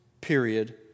period